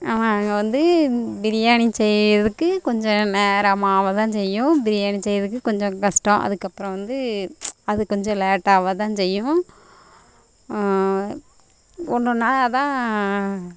ஆமாம் அங்கே வந்து பிரியாணி செய்கிறதுக்கு கொஞ்சம் நேரமாகதான் செய்யும் பிரியாணி செய்கிறதுக்கு கொஞ்சம் கஸ்ட்டம் அதுக்கு அப்புறம் வந்து அது கொஞ்ச லேட்டாகதான் செய்யும் ஒன்னொன்னா தான்